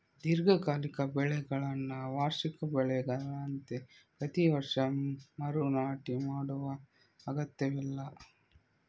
ದೀರ್ಘಕಾಲಿಕ ಬೆಳೆಗಳನ್ನ ವಾರ್ಷಿಕ ಬೆಳೆಗಳಂತೆ ಪ್ರತಿ ವರ್ಷ ಮರು ನಾಟಿ ಮಾಡುವ ಅಗತ್ಯವಿಲ್ಲ